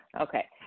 Okay